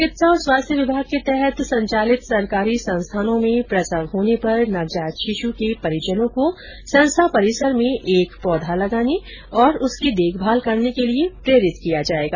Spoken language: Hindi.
चिकित्सा औरं स्वास्थ्य विभाग के तहत संचालित सरकारी संस्थानों में प्रसव होने पर नवजात शिशु के परिजनों को संस्था परिसर में एक पौधा लगाने और उसकी देखभाल करने के लिए प्रेरित किया जाएगा